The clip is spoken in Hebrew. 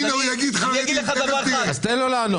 אני אגיד לך דבר אחד -- תן לו לענות.